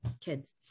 kids